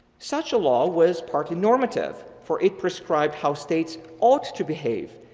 such a law was partially normative for it prescribed how states ought to behave.